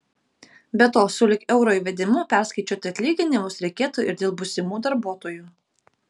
be to sulig euro įvedimu perskaičiuoti atlyginimus reikėtų ir dėl būsimų darbuotojų